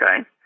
Okay